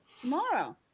tomorrow